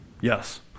yes